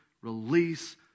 release